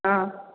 ହଁ